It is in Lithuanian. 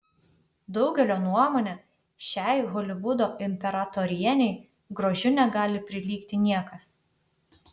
daugelio nuomone šiai holivudo imperatorienei grožiu negali prilygti niekas